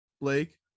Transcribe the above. Blake